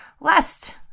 last